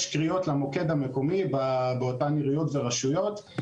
יש קריאות למוקד המקומי באותן עיריות ורשויות,